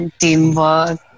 teamwork